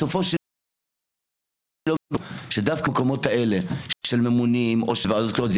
בסופו של יום תזכרו שדווקא במקומות האלה של ממונים או של ועדות קרואות,